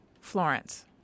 Florence